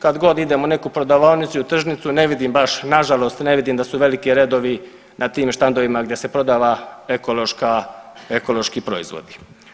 Kad god idem u neku prodavaonicu i u tržnicu ne vidim baš, nažalost ne vidim da su veliki redovi na tim štandovima gdje se prodava ekološka, ekološki proizvodi.